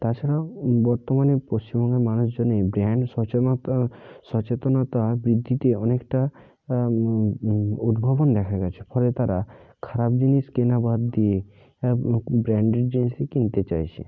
তাছাড়া বর্তমানে পশ্চিমবঙ্গের মানুষজনে ব্র্যান্ড সচেতনতা বৃদ্ধিতে অনেকটা উদ্ভাবন দেখা গিয়েছে ফলে তারা খারাপ জিনিস কেনা বাদ দিয়ে ব্র্যান্ডেড জিনিসই কিনতে চাইছে